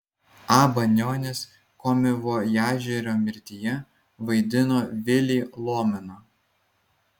a banionis komivojažerio mirtyje vaidino vilį lomeną